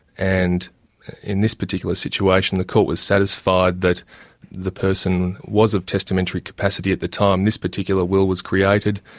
and in this particular situation the court was satisfied that the person was of testamentary capacity at the time this particular will was created,